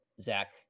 Zach